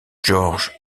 george